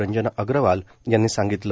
रंजना अग्रवाल यांनी सांगितलं